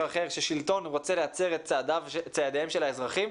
אחר ששלטון רוצה להצר את צעדיהם של האזרחים,